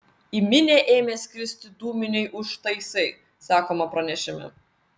į minią ėmė skristi dūminiai užtaisai sakoma pranešime